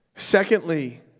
Secondly